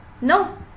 no